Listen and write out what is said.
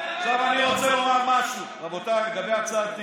אני רוצה לומר משהו, רבותיי, לגבי הצעת האי-אמון.